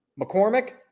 McCormick